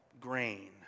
Grain